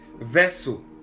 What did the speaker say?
vessel